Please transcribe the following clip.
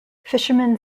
fishermen